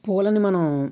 పూలను మనం